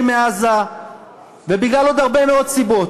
מפני שהממשלה ממשיכה להבליג על ירי מעזה ובגלל עוד הרבה מאוד סיבות,